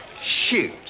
Shoot